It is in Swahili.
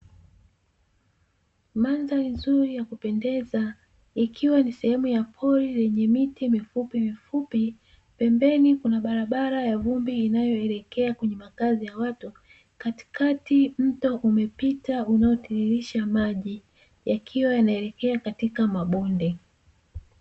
Mandhari nzuri ya kupendeza, ikiwa ni sehemu ya pori lenye miti mingi mifupimifupi; pembeni kuna barabara ya vumbi inayoelekea kwenye makazi ya watu, katikati mto unapita unaotiririsha maji yakiwa yanaelekea katika mabonde.